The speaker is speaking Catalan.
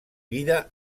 vida